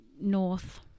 North